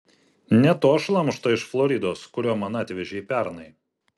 ne to šlamšto iš floridos kurio man atvežei pernai